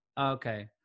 Okay